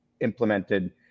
implemented